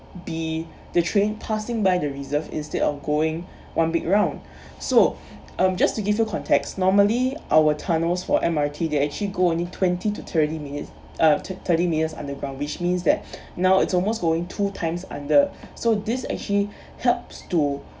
be the train passing by the reserve instead of going one big round so um just to give you context normally our tunnels for M_R_T they actually go only twenty to thirty minutes uh thir~ thirty metres underground which means that now it's almost going two times under so this actually helps to